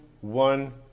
one